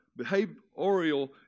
behavioral